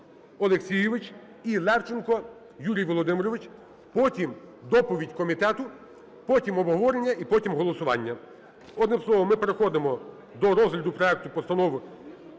Олексійович. І Левченко Юрій Володимирович. Потім доповідь комітету, потім обговорення і потім голосування. Одним словом, ми переходимо до розгляду проекту постанови.